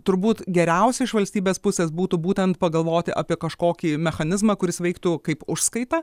turbūt geriausia iš valstybės pusės būtų būtent pagalvoti apie kažkokį mechanizmą kuris veiktų kaip užskaita